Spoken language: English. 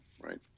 right